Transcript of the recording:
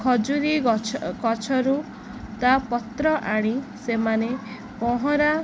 ଖଜୁରୀ ଗଛ ଗଛରୁ ତା ପତ୍ର ଆଣି ସେମାନେ ପହଁରା